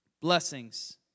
blessings